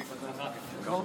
ברשותכם,